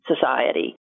society